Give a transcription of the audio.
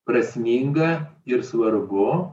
prasminga ir svarbu